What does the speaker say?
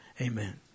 amen